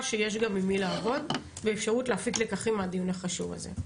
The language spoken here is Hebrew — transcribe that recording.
שיש גם עם מי לעבוד ואפשרות להפיק לקחים מהדיון החשוב הזה.